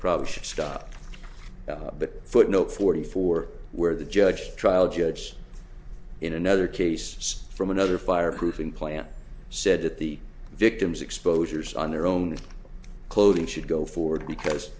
but footnote forty four where the judge the trial judge in another case from another fireproofing plant said that the victim's exposures on their own clothing should go forward because